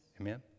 Amen